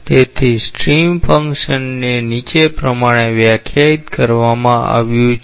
તેથી સ્ટ્રીમ ફંક્શનને નીચે પ્રમાણે વ્યાખ્યાયિત કરવામાં આવ્યું છે